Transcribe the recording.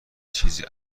چیزی